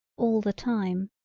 all the time.